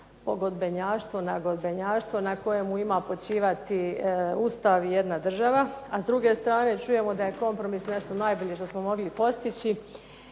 pogodbenjaštvo, nagodbenjaštvo na kojemu ima počivati Ustav i jedan država. A s druge strane čujemo da je kompromis nešto najbolje što smo mogli postići